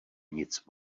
nic